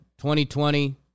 2020